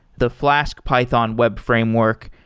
the flask python web framework,